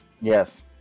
Yes